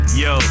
yo